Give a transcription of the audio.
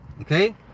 okay